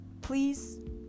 please